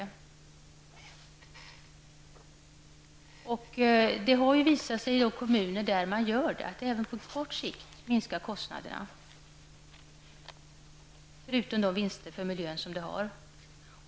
I kommuner där man ger sådan rådgivning har det visat sig att det även på kort sikt minskar kostnaderna förutom vinsterna för miljön.